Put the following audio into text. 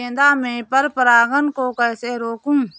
गेंदा में पर परागन को कैसे रोकुं?